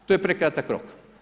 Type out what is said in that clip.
To je prekratak rok.